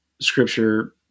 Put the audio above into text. scripture